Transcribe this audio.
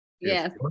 Yes